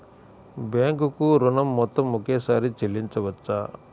Bank ఋణం మొత్తము ఒకేసారి చెల్లించవచ్చా?